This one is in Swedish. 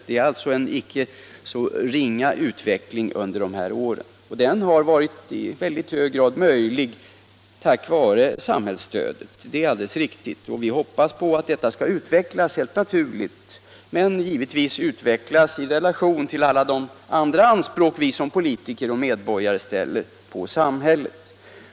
Det är alltså en inte ringa ökning som har skett under de här åren, och den har i hög grad varit möjlig tack vare samhällets stöd. Vi hoppas helt naturligt på en fortsatt utveckling av anslagen — givetvis i relation till alla de andra anspråk som vi som politiker och medborgare ställer på samhället.